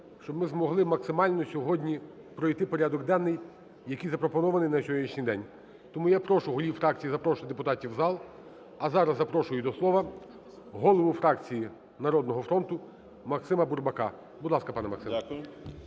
щоб ми змогли максимально сьогодні пройти порядок денний, який запропонований на сьогоднішній день. Тому я прошу голів фракцій запрошувати депутатів в зал. А зараз запрошую до слова голову фракції "Народного фронту" Максима Бурбака. Будь ласка, пане Максим.